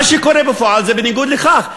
מה שקורה בפועל זה בניגוד לכך.